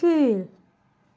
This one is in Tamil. கீழ்